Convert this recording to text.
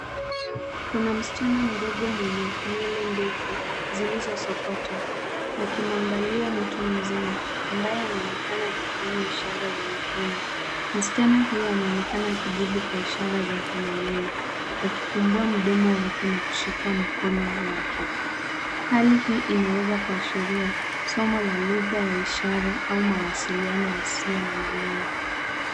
Kuna msichana mdogo mwenye nywele ndefu zilizosokotwa, akimuangalia mtu mzima ambaye anaonekana akifanya ishara za mikono. Msichana huyo anaonekana akijibu kwa ishara zake mwenyewe akifungua mdomo wake na kushika mkono wake. Hali hii inaweza kuashiria somo la lugha ya ishara au mawasiliano yasiyo na maneno.